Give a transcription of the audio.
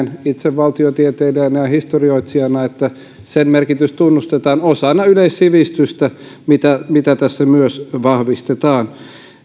itse näin valtiotieteilijänä ja historioitsijana että niiden merkitys tunnustetaan osana yleissivistystä jota tässä myös vahvistetaan